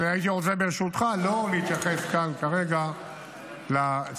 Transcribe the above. ברשותך, הייתי רוצה לא להתייחס כאן כרגע לסוגיה.